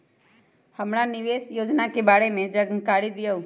हमरा निवेस योजना के बारे में जानकारी दीउ?